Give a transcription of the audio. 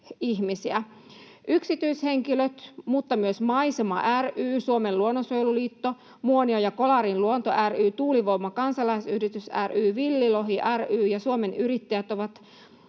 Yksityishenkilöt mutta myös Maisema ry, Suomen luonnonsuojeluliitto, Muonion ja Kolarin Luonto ry, Tuulivoima-kansalaisyhdistys ry, Villilohi ry ja Suomen Yrittäjät ovat